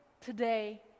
today